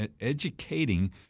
educating